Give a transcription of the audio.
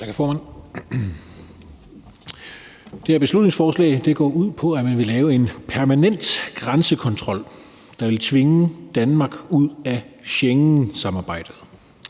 Tak, hr. formand. Det her beslutningsforslag går ud på, at man vil lave en permanent grænsekontrol, der vil tvinge Danmark ud af Schengensamarbejdet.